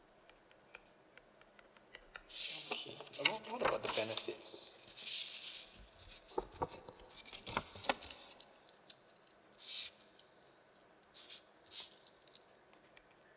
but what what about the benefits